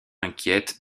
inquiète